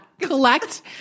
collect